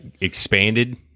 expanded